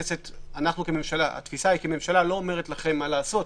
תפיסת הממשלה היא שהממשלה לא אומרת לכם מה לעשות.